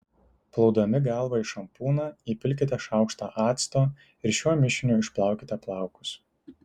plaudami galvą į šampūną įpilkite šaukštą acto ir šiuo mišiniu išplaukite plaukus